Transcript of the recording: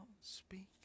speak